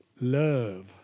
Love